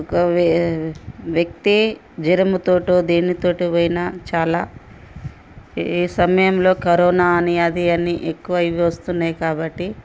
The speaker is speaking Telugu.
ఒక వ్యక్తి జ్వరముతోటో దేనితోటో పోయినా చాలా ఈ సమయంలో కరోనా అని అది అని ఎక్కువ ఇవి వస్తున్నాయి కాబట్టి